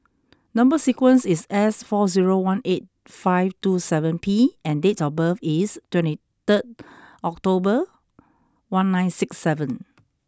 number sequence is S four zero one eight five two seven P and date of birth is twenty third October one nine six seven